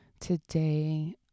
today